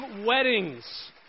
weddings